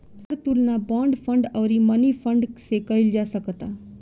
एकर तुलना bond fund अउरी money fund से कईल जा सकता